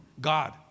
God